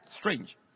strange